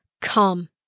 come